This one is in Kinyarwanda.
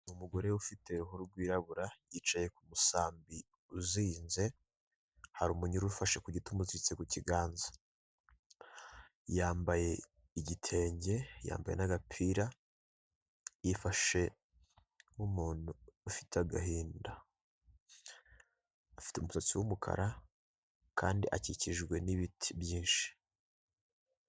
Umugore ufite uruhu rwirabura, yicaye ku musambi uzinze, hari umunyururu ufashe ku giti umuziritse ku kiganza, yambaye igitenge yambaye n'agapira, yifashe nk'umuntu ufite agahinda, afite umusatsi w'umukara kandi akikijwe n'ibiti byinshi.